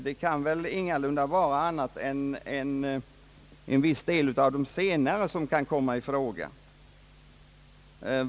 Det är väl intet annat än en viss del av de senare som kan komma i fråga.